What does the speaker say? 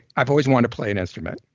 i've always wanted to play an instrument,